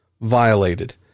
violated